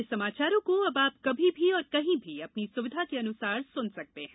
हमारे समाचारों को अब आप कभी भी और कहीं भी अपनी सुविधा के अनुसार सुन सकते हैं